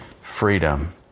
freedom